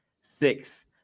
six